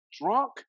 drunk